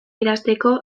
idazteko